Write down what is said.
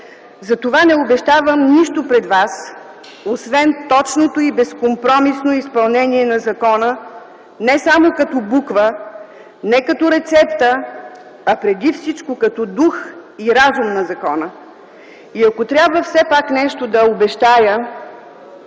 затова не обещавам нищо пред вас, освен точното и безкомпромисно изпълнение на закона не само като буква, не като рецепта, а преди всичко като дух и разум на закона. Ако все пак трябва да обещая